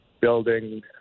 building